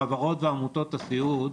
חברות ועמותות הסיעוד,